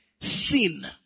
sin